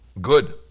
Good